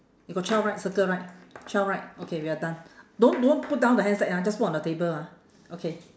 you got twelve right circle right twelve right okay we are done don't don't put down the handset ah just put on the table ah okay